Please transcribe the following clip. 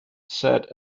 said